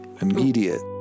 immediate